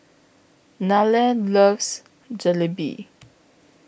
Nella loves Jalebi